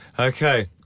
Okay